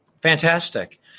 Fantastic